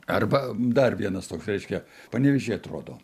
arba dar vienas toks reiškia panevėžyje atrodo